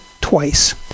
twice